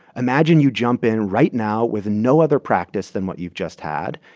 imagine you jump in right now with no other practice than what you've just had,